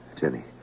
Jenny